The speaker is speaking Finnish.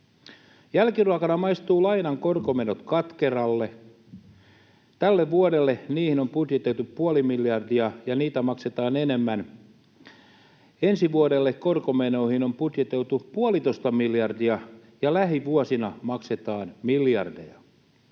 Jälkiruokana maistuvat lainan korkomenot katkeralle. Tälle vuodelle niihin on budjetoitu puoli miljardia, ja niitä maksetaan enemmän. Ensi vuodelle korkomenoihin on budjetoitu puolitoista miljardia, ja lähivuosina maksetaan miljardeja.